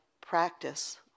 practice